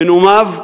בנאומיו,